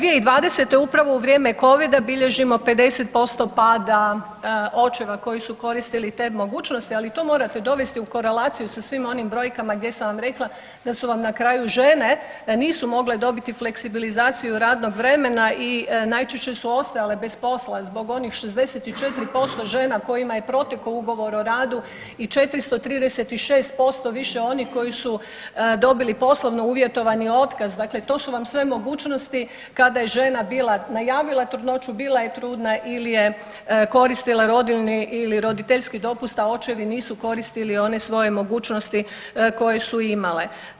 2020. upravo u vrijeme covida bilježimo 50% pada očeva koji su koristili te mogućnosti, ali to morate dovesti u korelaciju sa svim onim brojkama gdje sam vam rekla da su vam na kraju žene da nisu mogle dobiti fleksibilizaciju radnog vremena i najčešće su ostajale bez posla zbog onih 64% žena kojima je protekao ugovor o radu i 436% više onih koji su dobili poslovno uvjetovani otkaz, dakle to su vam sve mogućnosti kada je žena bila najavila trudnoću, bila je trudna ili je koristila rodiljni ili roditeljski dopust, a očevi nisu koristili one svoje mogućnosti koje su imale.